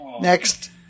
Next